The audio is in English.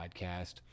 podcast